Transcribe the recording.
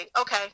okay